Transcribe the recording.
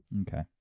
Okay